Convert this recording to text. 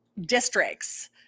districts